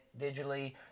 digitally